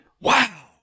Wow